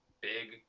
big